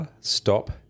stop